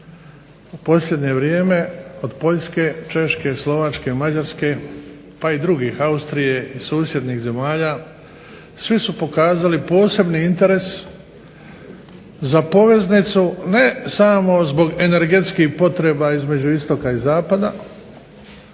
posljednje vrijeme od Poljske, Češke, Mađarske, pa i drugih Austrije i susjednih zemalja svi su pokazali posebni interes za poveznicu ne samo zbog energetskih potreba između istoka i zapada